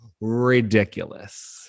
ridiculous